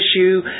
issue